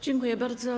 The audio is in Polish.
Dziękuję bardzo.